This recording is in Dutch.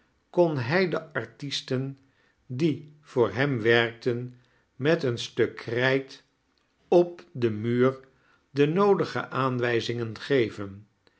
kon hij de artisten die voor hem werkten met een stuk krijt op den muur de noodige aanwijzingen geven